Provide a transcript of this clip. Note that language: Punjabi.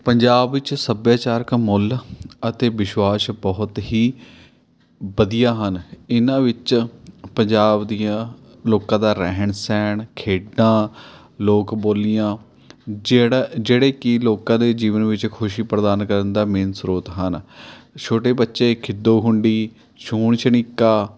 ਪੰਜਾਬ ਵਿੱਚ ਸੱਭਿਆਚਾਰਕ ਮੁੱਲ ਅਤੇ ਵਿਸ਼ਵਾਸ਼ ਬਹੁਤ ਹੀ ਵਧੀਆ ਹਨ ਇਹਨਾਂ ਵਿੱਚ ਪੰਜਾਬ ਦੀਆਂ ਲੋਕਾਂ ਦਾ ਰਹਿਣ ਸਹਿਣ ਖੇਡਾਂ ਲੋਕ ਬੋਲੀਆਂ ਜਿਹੜਾ ਜਿਹੜੇ ਕਿ ਲੋਕਾਂ ਦੇ ਜੀਵਨ ਵਿੱਚ ਖੁਸ਼ੀ ਪ੍ਰਦਾਨ ਕਰਨ ਦਾ ਮੇਨ ਸ੍ਰੋਤ ਹਨ ਛੋਟੇ ਬੱਚੇ ਖਿੱਦੋ ਖੂੰਡੀ ਛੂਹਣ ਛਣੀਕਾ